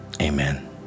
Amen